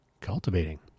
cultivating